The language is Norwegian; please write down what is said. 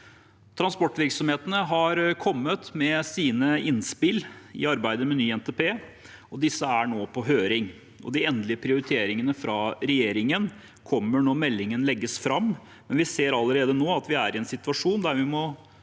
Transportvirksomhetene har kommet med sine innspill i arbeidet med ny NTP. Disse er nå på høring. De endelige prioriteringene fra regjeringen kommer når meldingen legges fram, men vi ser allerede nå at vi er i en situasjon der vi må